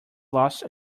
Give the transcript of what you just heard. lost